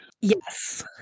Yes